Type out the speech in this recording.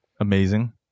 Amazing